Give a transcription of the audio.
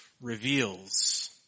reveals